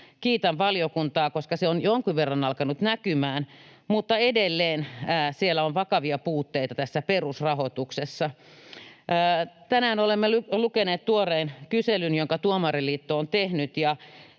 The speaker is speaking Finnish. Kiitän valiokuntaa, koska se on jonkin verran alkanut näkymään, mutta edelleen siellä on vakavia puutteita perusrahoituksessa. Tänään olemme lukeneet tuoreen kyselyn, jonka Tuomariliitto on tehnyt,